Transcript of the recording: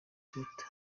twitter